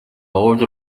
old